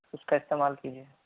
اس کا استعمال کیجیے